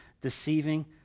deceiving